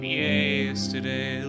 yesterday